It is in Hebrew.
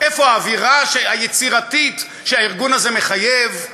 איפה האווירה היצירתית שהארגון הזה מחייב?